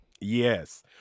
Yes